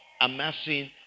amassing